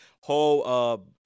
whole